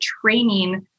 training